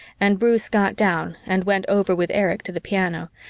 and bruce got down and went over with erich to the piano,